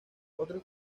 otros